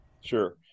Sure